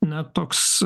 na toks